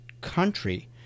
country